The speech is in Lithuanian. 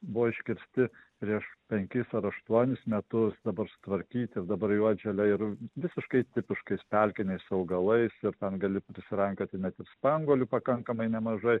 buvo iškirsti prieš penkis ar aštuonis metus dabar sutvarkyti ir dabar jau atželia ir visiškai tipiškais pelkiniais augalais ir ten gali prisirankioti net ir spanguolių pakankamai nemažai